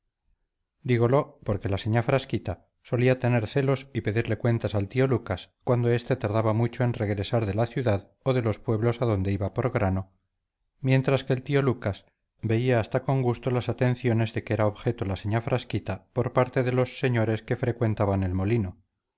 hermosa dígolo porque la señá frasquita solía tener celos y pedirle cuentas al tío lucas cuando éste tardaba mucho en regresar de la ciudad o de los pueblos adonde iba por grano mientras que el tío lucas veía hasta con gusto las atenciones de que era objeto la señá frasquita por parte de los señores que frecuentaban el molino